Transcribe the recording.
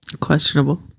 Questionable